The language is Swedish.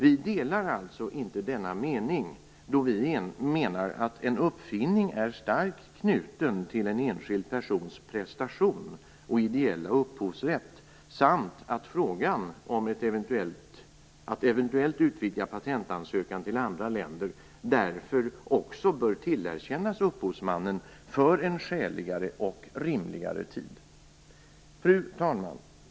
Vi delar alltså inte denna mening, då vi menar att en uppfinning är starkt knuten till en enskild persons prestation och ideella upphovsrätt samt att frågan om att eventuellt utvidga patentansökan till andra länder därför också bör tillerkännas upphovsmannen för en skäligare och rimligare tid. Fru talman!